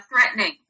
threatening